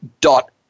dot